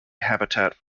habitat